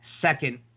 second